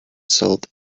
sold